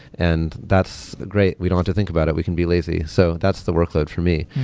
and that's great. we don't have to think about it. we can be lazy. so that's the workload for me.